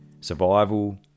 survival